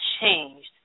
changed